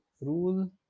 rule